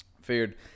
figured